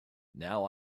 now